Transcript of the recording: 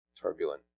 turbulent